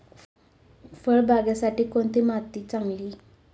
फळबागेसाठी कोणती माती चांगली?